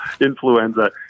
influenza